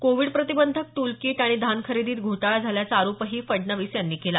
Covid प्रतिबंधक tool kit आणि धानखरेदीत घोटाळा झाल्याचा आरोपही फडणवीस यांनी केला